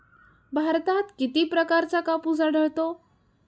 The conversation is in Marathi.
भारतात किती प्रकारचा कापूस आढळतो?